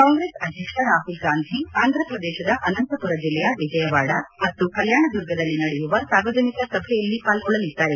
ಕಾಂಗ್ರೆಸ್ ಅಧ್ಯಕ್ಷ ರಾಹುಲ್ ಗಾಂಧಿ ಆಂಧ್ರಪ್ರದೇಶದ ಅನಂತಹುರ ಜಿಲ್ಲೆಯ ವಿಜಯವಾದ ಮತ್ತು ಕಲ್ಕಾಣದುರ್ಗದಲ್ಲಿ ನಡೆಯುವ ಸಾರ್ವಜನಿಕ ಸಭೆಯಲ್ಲಿ ಪಾಲ್ಗೊಳ್ಳಲಿದ್ದಾರೆ